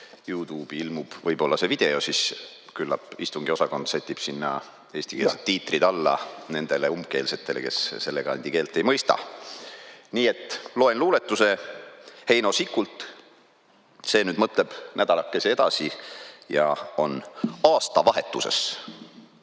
YouTube'i ilmub võib-olla see video, siis küllap istungiosakond sätib sinna eestikeelsed tiitrid alla nendele umbkeelsetele, kes selle kandi keelt ei mõista. Nii et loen luuletuse Heino Sikult. See nüüd mõtleb nädalakese edasi ja on aastavahetuses.